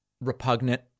repugnant